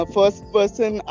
First-person